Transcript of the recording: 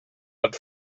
but